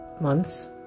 months